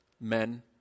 men